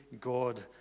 God